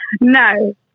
No